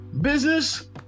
business